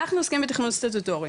אנחנו עוסקים בתכנון סטטוטורי,